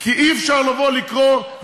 כי אי-אפשר לבוא ולקרוא,